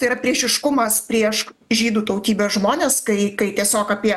tai yra priešiškumas prieš žydų tautybės žmones tai kai tiesiog apie